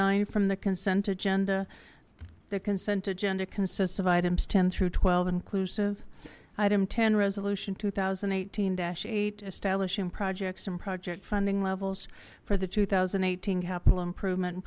nine from the consent agenda the consent agenda consists of items ten through twelve inclusive item ten resolution two thousand and eighteen eight establishing projects and project funding levels for the two thousand and eighteen capital improvement and